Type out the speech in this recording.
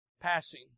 passing